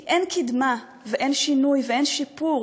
כי אין קדמה ואין שינוי ואין שיפור